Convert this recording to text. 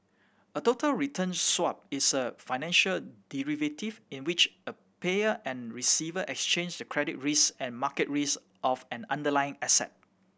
a total return swap is a financial derivative in which a payer and receiver exchange the credit risk and market risk of an underlying asset